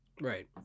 right